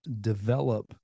develop